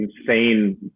insane